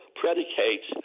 predicates